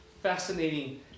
fascinating